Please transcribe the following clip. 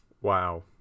Wow